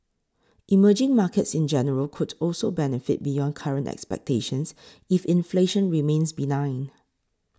emerging markets in general could also benefit beyond current expectations if inflation remains benign